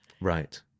Right